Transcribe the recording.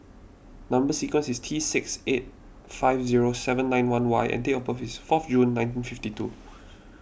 Number Sequence is T six eight five zero seven nine one Y and date of birth is fourth June nineteen fifty two